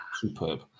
Superb